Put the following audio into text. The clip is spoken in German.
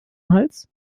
hals